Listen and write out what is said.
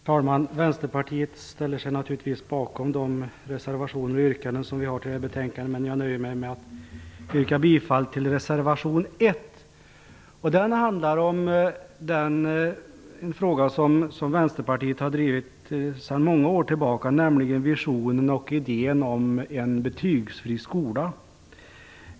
Herr talman! Vänsterpartiet ställer sig naturligtvis bakom de reservationer och yrkanden som vi har till det här betänkandet, men jag nöjer mig med att yrka bifall till reservation 1. Den handlar om en fråga som Vänsterpartiet har drivit sedan många år tillbaka, nämligen visionen och idén om en betygsfri skola.